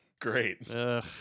Great